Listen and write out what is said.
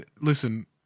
Listen